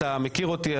אתה מכיר אותי,